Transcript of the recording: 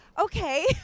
Okay